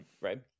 right